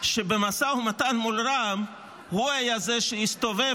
שבמשא ומתן מול רע"מ הוא היה זה שהסתובב